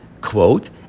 quote